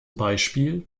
beispiel